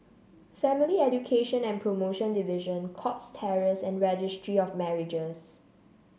Family Education and Promotion Division Cox Terrace and Registry of Marriages